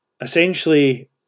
Essentially